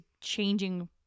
changing